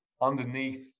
underneath